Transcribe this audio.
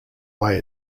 way